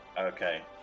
Okay